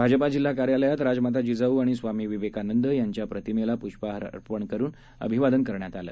भाजपा जिल्हा कार्यालयात राजमाता जिजाऊ आणि स्वामी विवेकानंद यांच्या प्रतिमेस पुष्पहार अर्पण करून अभिवादन करण्यात आलं